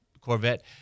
Corvette